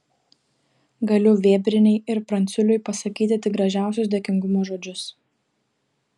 galiu vėbrienei ir pranciuliui pasakyti tik gražiausius dėkingumo žodžius